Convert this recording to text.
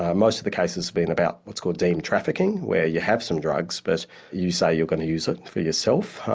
ah most of the cases have been about, what's called deemed trafficking, where you have some drugs but you say you're going to use it and for yourself,